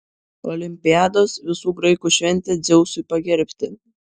olimpiados visų graikų šventė dzeusui pagerbti